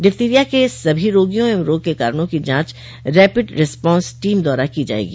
diphtheria के सभी रोगियों एवं रोग के कारणों की जांच रैपिड रेस्पॉस टीम द्वारा की जायेगी